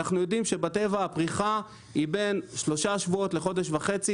אנחנו יודעים שבטבע הפריחה היא בין שלושה שבועות לחודש וחצי,